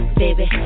baby